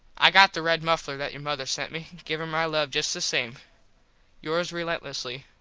i got the red muffler that your mother sent me. give her my love just the same yours relentlessly,